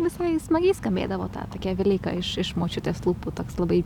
visai smagiai skambėdavo ta velyka iš iš močiutės lūpų toks labai